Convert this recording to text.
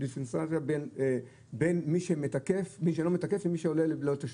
דיפרנציאציה בין מי שלא מתקף לבין מי שעולה ללא תשלום.